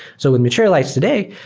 so with materialize today,